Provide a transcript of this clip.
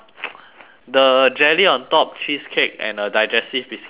the jelly on top cheesecake and a digestive biscuit at the bottom